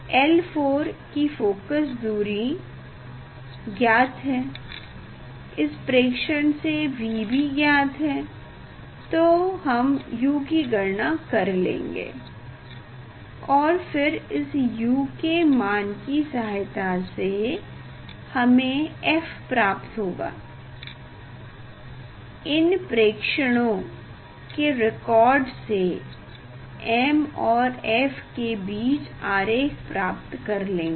L4 की focus दूरी ज्ञात है इस प्रेक्षण से v भी ज्ञात है तो हम u की गणना कर लेंगे और फिर इस u के मान की सहायता से हमें f प्राप्त हो जाएगा इन प्रेक्षणों के रेकॉर्ड से m और f के बीच आरेख प्राप्त का लेंगे